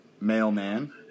mailman